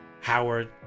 Howard